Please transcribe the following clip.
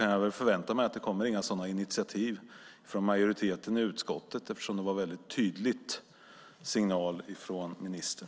Jag förväntar mig inga sådana initiativ från majoriteten i utskottet eftersom det var en väldigt tydlig signal från ministern.